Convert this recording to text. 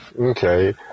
Okay